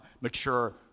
mature